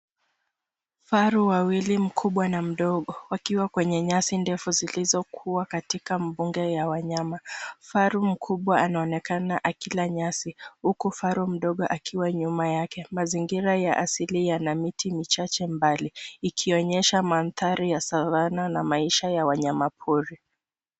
Faru wawili mkubwa na mdogo, wakiwa kwenye nyasi ndefu zilizokuwa katika mbunga ya wanyama. Faru mkubwa anaonekana akila nyasi, huku faru mdogo akiwa nyuma yake. Mazingira ya asilia na miti michache mbali, ikionyesha mandhari ya savana na maisha ya wanyamapori.